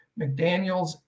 McDaniels